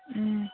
ꯎꯝ